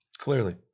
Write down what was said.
Clearly